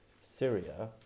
Syria